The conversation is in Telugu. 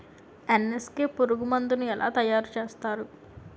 ఎన్.ఎస్.కె పురుగు మందు ను ఎలా తయారు చేస్తారు?